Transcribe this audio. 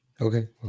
Okay